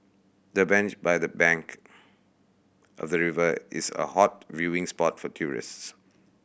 the bench by the bank of the river is a hot viewing spot for tourists